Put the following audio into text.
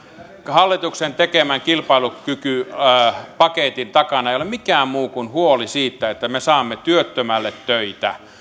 hallituksen tekemän kilpailukykypaketin takana ei ole mikään muu kuin huoli siitä että me saamme työttömälle töitä